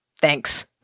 Thanks